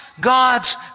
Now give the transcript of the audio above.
God's